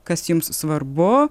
kas jums svarbu